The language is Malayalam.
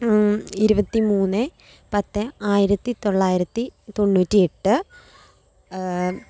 ഇരുപത്തിമൂന്ന് പത്ത് ആയിരത്തി തൊള്ളായിരത്തി തൊണ്ണൂറ്റി എട്ട്